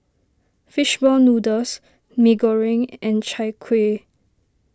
Fish Ball Noodles Mee Goreng and Chai Kuih